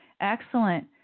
Excellent